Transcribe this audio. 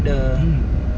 mm